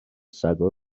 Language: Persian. سگا